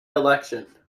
election